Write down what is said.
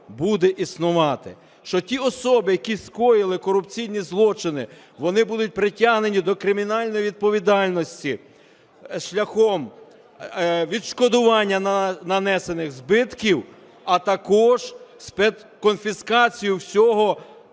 буде існувати, що ті особи, які скоїли корупційні злочини, вони будуть притягнені до кримінальної відповідальності шляхом відшкодування нанесених збитків, а також спецконфіскацію всього